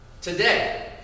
today